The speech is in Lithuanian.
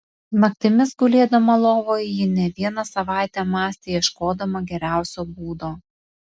naktimis gulėdama lovoje ji ne vieną savaitę mąstė ieškodama geriausio būdo